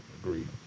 agreed